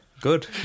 Good